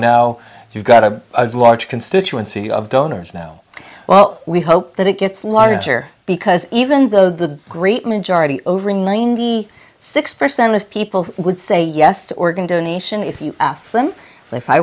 now you've got a large constituency of donors now well we hope that it gets larger because even though the great majority over ninety six percent of people would say yes to organ donation if you